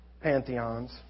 pantheons